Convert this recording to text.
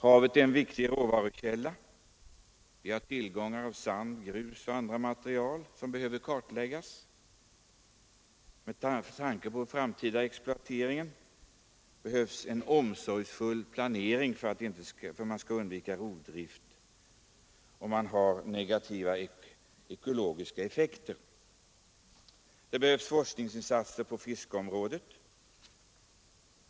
Havet är en viktig råvarukälla — där finns tillgång på sand, grus och andra material vilka behöver kartläggas. Med tanke på den framtida exploateringen behövs en omsorgsfull planering för att man skall undvika rovdrift och negativa ekologiska effekter. Det behövs vidare forskningsinsatser på fiskeområdet.